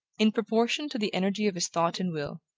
in proportion to the energy of his thought and will,